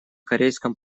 корейском